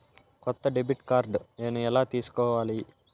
కొత్త debit card నేను ఎలా తీసుకోవాలి?